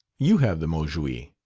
you have the mot juste.